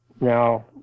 Now